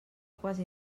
quasi